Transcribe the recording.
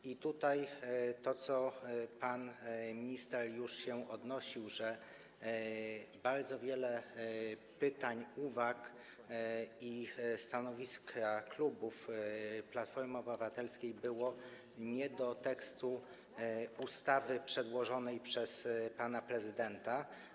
I tutaj to, do czego pan minister już się odnosił, że bardzo wiele pytań, uwag i stanowisk klubu Platformy Obywatelskiej było nie do tekstu ustawy przedłożonej przez pana prezydenta.